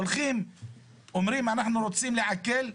אומרים אנחנו רוצים לעקל,